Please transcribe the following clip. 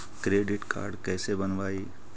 Credit card कैसे बनवाई?